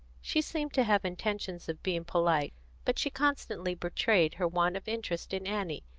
she seemed to have intentions of being polite but she constantly betrayed her want of interest in annie,